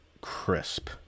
Crisp